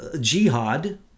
jihad